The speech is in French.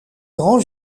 grands